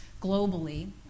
globally